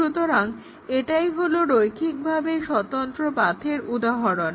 সুতরাং এটাই হলো রৈখিকভাবে স্বতন্ত্র পাথের উদাহরণ